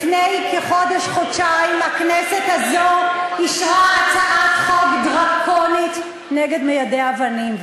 לפני חודש-חודשיים הכנסת הזאת אישרה הצעת חוק דרקונית נגד מיידי אבנים,